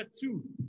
two